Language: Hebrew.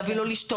להביא לא לשתות,